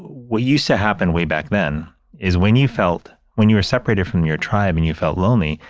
what used to happen way back then is when you felt, when you were separated from your tribe and you felt lonely,